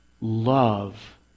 love